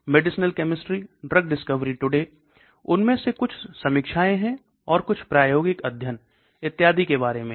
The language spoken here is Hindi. Medicinal chemistry Drug discovery today उनमें से कुछ समीक्षाएँ और कुछ प्रायोगिक अध्ययन इत्यादि के बारे में है